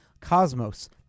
Cosmos